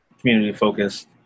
community-focused